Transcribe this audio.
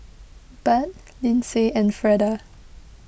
Budd Lynsey and Freda